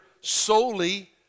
solely